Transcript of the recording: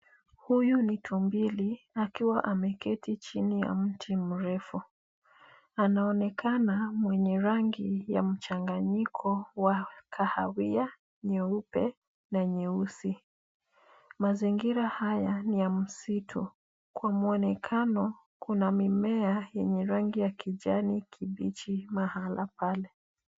Huyu ni tumbili akiwa ameketi chini ya mti mrefu. Anaonekana mwenye rangi ya mchanganyiko wa kahawia, nyeupe na nyeusi. Mazingira haya ni ya msitu. Kwa mwonekana kuna mimea yenye rangi ya kijani kibichi mahala pale.